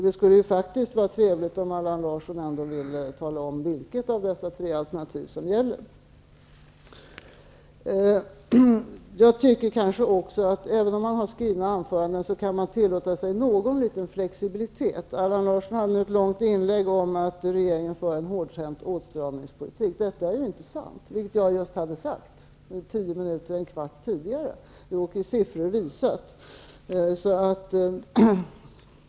Det skulle vara trevligt om Allan Larsson ville tala om vilket av dessa tre alternativ som gäller. Även om man har skrivna anföranden kan man tillåta sig någon liten flexibilitet. Allan Larsson hade ett långt inlägg om att regeringen för en hårdhänt åtstramningspolitik. Detta är ju inte sant, vilket jag hade sagt och i siffror visat omkring en kvart tidigare.